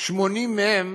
80 מהן